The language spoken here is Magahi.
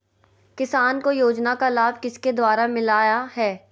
किसान को योजना का लाभ किसके द्वारा मिलाया है?